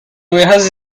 ovejas